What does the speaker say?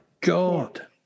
God